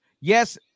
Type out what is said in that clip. yes